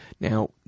Now